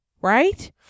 right